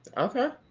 okay.